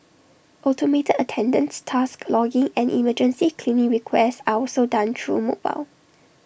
automated attendance task logging and emergency cleaning requests are also done through mobile